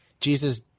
Jesus